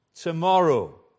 tomorrow